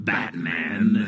Batman